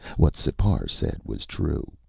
what sipar said was true.